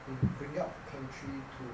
in bringing up the country to